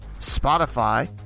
Spotify